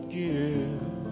give